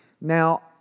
Now